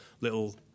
little